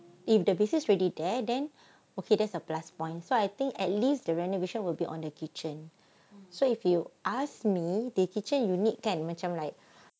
if the business already there then okay there's a plus point so I think at least the renovation will be on the kitchen so if you ask me the kitchen you need kan macam like